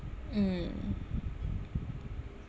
mm